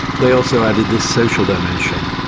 they also added this social dimension,